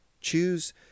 Choose